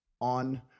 on